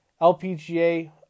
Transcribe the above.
LPGA